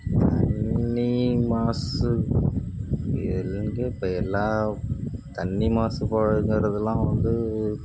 தண்ணி மாசு எங்க இப்போ எல்லா தண்ணி மாசுபாடுங்கிறதுலாம் வந்து